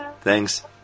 Thanks